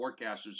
forecasters